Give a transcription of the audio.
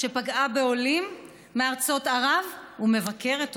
שפגעה בעולים מארצות ערב ומבקרת אותנו.